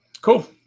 Cool